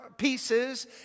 pieces